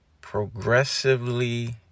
progressively